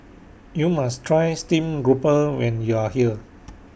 YOU must Try Stream Grouper when YOU Are here